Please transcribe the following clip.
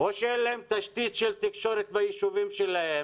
או שאין להם תשתית של תקשורת בישובים שלהם